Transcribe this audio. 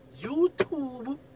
YouTube